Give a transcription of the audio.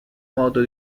modo